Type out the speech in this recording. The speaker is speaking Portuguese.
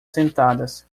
sentadas